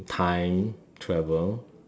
time travel